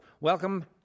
Welcome